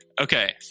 Okay